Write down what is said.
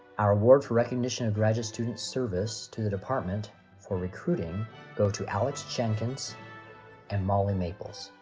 our award for recognition of graduate students service to the department for recruiting go to alex jenkins and molly maples.